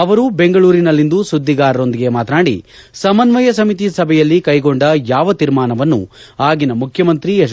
ಅವರು ಬೆಂಗಳೂರಿನಲ್ಲಿಂದು ಸುದ್ದಿಗಾರರೊಂದಿಗೆ ಮಾತನಾಡಿ ಸಮನ್ವಯ ಸಮಿತಿ ಸಭೆಯಲ್ಲಿ ಕೈಗೊಂಡ ಯಾವ ತೀರ್ಮಾನವನ್ನೂ ಆಗಿನ ಮುಖ್ಯಮಂತ್ರಿ ಎಚ್